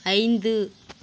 ஐந்து